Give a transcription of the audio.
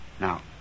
Now